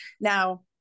Now